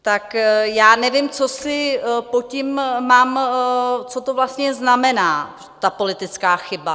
Tak já nevím, co si pod tím mám co to vlastně znamená, ta politická chyba?